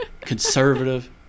Conservative